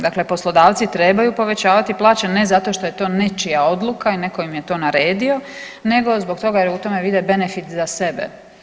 Dakle, poslodavci trebaju povećavati plaće ne zato što je to nečija odluka i netko im je to naredio nego zbog toga jer u tome vide benefit za sebe.